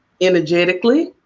energetically